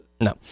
No